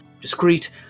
discreet